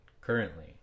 currently